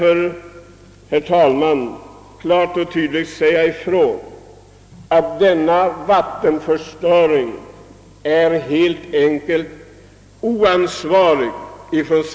Det är helt enkelt oansvarigt av samhället att låta denna vattenförstöring fortgå utan att ingripa.